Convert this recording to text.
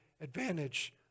advantage